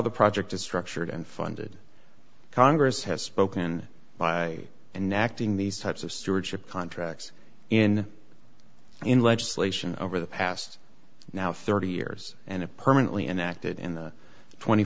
the project is structured and funded congress has spoken by an acting these types of stewardship contracts in in legislation over the past now thirty years and it permanently enacted in the tw